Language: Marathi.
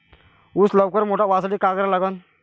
ऊस लवकर मोठा व्हासाठी का करा लागन?